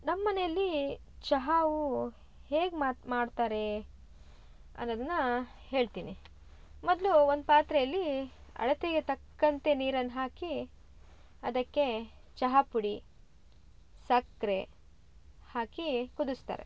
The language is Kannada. ನಮ್ಮ ಮನೇಲಿ ಚಹಾವು ಹೇಗೆ ಮಾತ ಮಾಡ್ತಾರೆ ಅನ್ನೋದನ್ನ ಹೇಳ್ತೀನಿ ಮೊದಲು ಒಂದು ಪಾತ್ರೆಯಲ್ಲಿ ಅಳತೆಗೆ ತಕ್ಕಂತೆ ನೀರನ್ನು ಹಾಕಿ ಅದಕ್ಕೆ ಚಹಾ ಪುಡಿ ಸಕ್ಕರೆ ಹಾಕಿ ಕುದಿಸ್ತಾರೆ